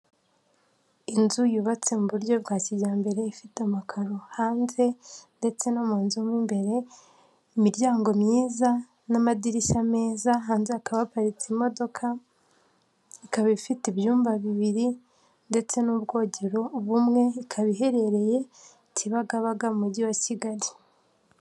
Inzu yubatse mu buryo bwa kijyambere ifite amakaro hanze ndetse no mu nzu mo imbere, imiryango myiza, n'amadirishya meza, hanze hakaba habaparitse imodoka. ikaba ifite ibyumba bibiri ndetse n'ubwogero bumwe. Ikaba iherereye Kibagabaga mu mujyi wa Kigali.